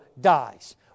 dies